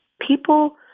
people